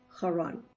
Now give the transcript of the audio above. Haran